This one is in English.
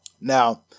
Now